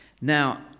Now